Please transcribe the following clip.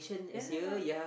ya